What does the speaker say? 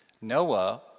Noah